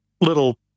little